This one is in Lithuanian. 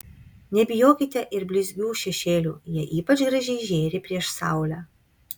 nebijokite ir blizgių šešėlių jie ypač gražiai žėri prieš saulę